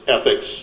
ethics